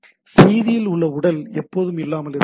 செய்தியில் உள்ள உடல் எப்போதும் இல்லாமல் இருக்கலாம்